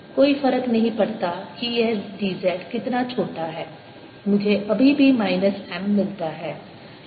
कोई फर्क नहीं पड़ता कि यह dz कितना छोटा है मुझे अभी भी माइनस M मिलता है